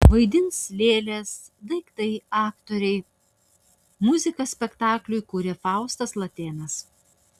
vaidins lėlės daiktai aktoriai muziką spektakliui kuria faustas latėnas